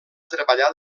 treballar